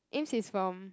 Ames is from